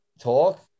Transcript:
talk